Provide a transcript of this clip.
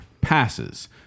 passes